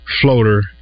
floater